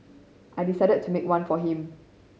I decided to make one for him